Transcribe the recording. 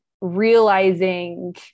realizing